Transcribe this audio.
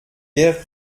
guère